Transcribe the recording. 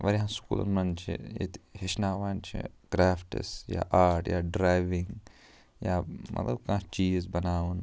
واریاہَن سکوٗلَن منٛز چھِ ییٚتہِ ہیچھناوان چھِ کرٛافٹٕس یا آرٹ یا ڈرٛاوِنٛگ یا مطلب کانٛہہ چیٖز بناوُن